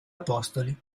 apostoli